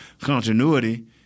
continuity